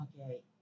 Okay